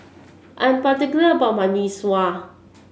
I'm particular about my Mee Sua